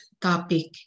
topic